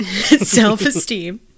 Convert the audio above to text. Self-esteem